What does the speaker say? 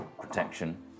protection